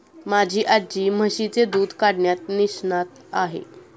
माझी आजी म्हशीचे दूध काढण्यात निष्णात आहे